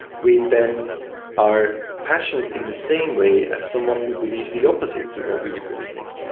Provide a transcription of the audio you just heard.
we then are passionate in the same way as someone who believes the opposite to what we believe in.